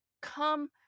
come